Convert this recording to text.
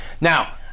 now